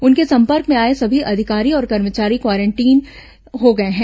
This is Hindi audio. उनके संपर्क में आए सभी अधिकारी और कर्मचारी क्वारेंटाइन हो गए हैं